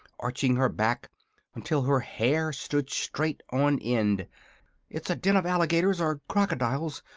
arching her back until her hair stood straight on end it's a den of alligators, or crocodiles,